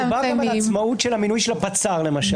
העצמאות של המינוי של הפצ"ר למשל,